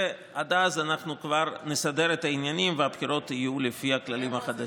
ועד אז אנחנו כבר נסדר את העניינים והבחירות יהיו לפי הכללים החדשים.